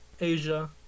Asia